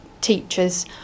teachers